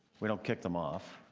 we don't kick them off?